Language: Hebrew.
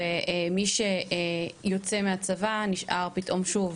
ומי שיוצא מהצבא נשאר פתאום שוב